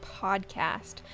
Podcast